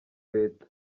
leta